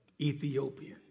Ethiopian